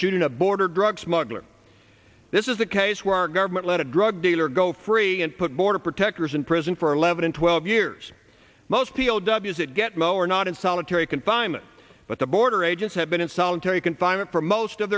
shooting a border drug smuggler this is a case where our government let a drug dealer go free and put border protectors in prison for eleven twelve years most people ws that get moer not in solitary confinement but the border agents have been in solitary confinement for most of